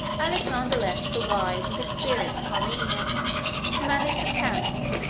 alexander left the wise and experienced parmenio to manage the camp,